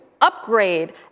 upgrade